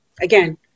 Again